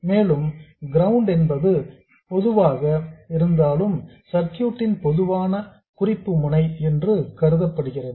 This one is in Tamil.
மேலும் இங்கு கிரவுண்ட் என்பது எதுவாக இருந்தாலும் சர்க்யூட்டின் பொதுவான குறிப்பு முனை என்று கருதப்படுகிறது